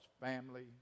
family